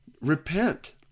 repent